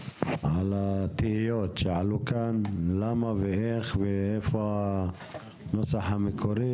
על התהיות שעלו כאן, למה ואיך, איפה הנוסח המקורי